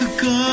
God